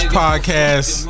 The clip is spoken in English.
podcast